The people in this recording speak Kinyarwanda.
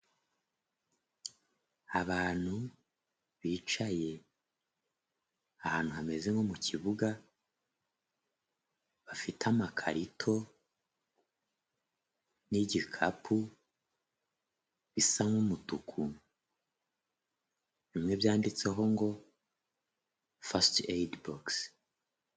Abantu bicaye ahantu hameze nko mu kibuga, bafite amakarito n'igikapu, bisa nk'umutuku, bimwe byanditseho ngo "Fasiti eyidi bokisi".